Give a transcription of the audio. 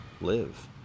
live